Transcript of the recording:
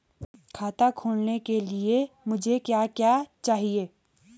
खाता खोलने के लिए मुझे क्या क्या चाहिए?